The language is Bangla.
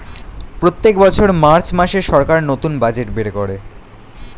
প্রত্যেক বছর মার্চ মাসে সরকার নতুন বাজেট বের করে